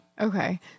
Okay